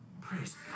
Praise